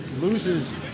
Loses